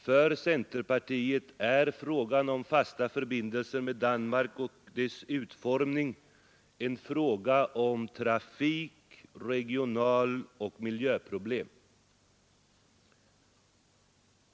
För centerpartiet är frågan om fasta förbindelser med Danmark och deras utformning en fråga om trafik-, regionaloch miljöproblem.